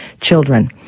Children